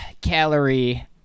calorie